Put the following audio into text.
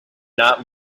not